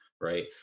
right